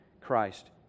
Christ